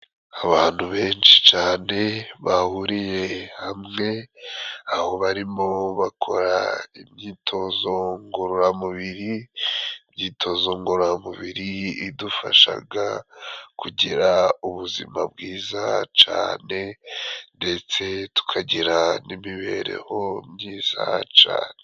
Abantu benshi cane bahuriye hamwe aho barimo bakora imyitozo ngororamubiri, imyitozo ngororamubiri idufashaga kugira ubuzima bwiza cane ndetse tukagira n'imibereho myiza cane.